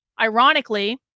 ironically